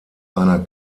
einer